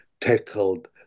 tackled